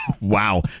Wow